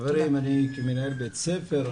חברים אני הייתי מנהל בית ספר,